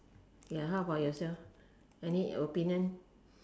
ya how about yourself any opinion